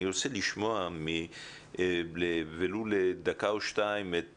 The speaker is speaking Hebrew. אני רוצה לשמוע ולו לדקה או שניים את